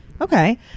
Okay